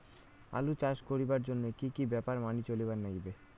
আলু চাষ করিবার জইন্যে কি কি ব্যাপার মানি চলির লাগবে?